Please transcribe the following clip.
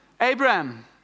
Abraham